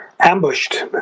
ambushed